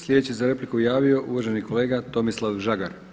Sljedeći se za repliku javio uvaženi kolega Tomislav Žagar.